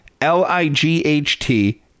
L-I-G-H-T